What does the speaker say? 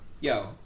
yo